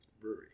brewery